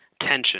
tension